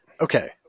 okay